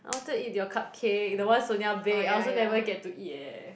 I wanted to eat your cupcake the one Sonia bake I also never get to eat eh